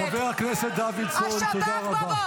חבר הכנסת דוידסון, אני עוצר את הזמן.